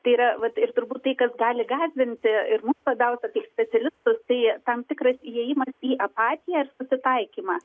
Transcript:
tai yra vat ir turbūt tai kas gali gąsdinti ir mus labiausia kaip specialistus tai tam tikras įėjimas į apatiją ir susitaikymą